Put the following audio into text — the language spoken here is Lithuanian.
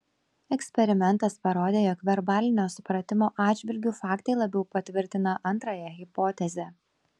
eksperimentas parodė jog verbalinio supratimo atžvilgiu faktai labiau patvirtina antrąją hipotezę